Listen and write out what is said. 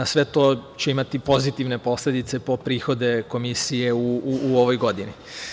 Sve to će imati pozitivne posledice po prihode Komisije u ovoj godini.